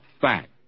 fact